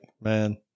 man